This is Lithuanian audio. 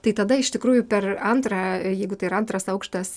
tai tada iš tikrųjų per antrą jeigu tai yra antras aukštas